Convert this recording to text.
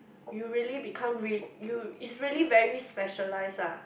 you really become re~ you is really very specialist ah